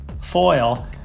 foil